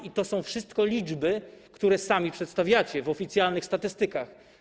I to są wszystko liczby, które sami przedstawiacie w oficjalnych statystykach.